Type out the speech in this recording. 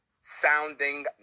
sounding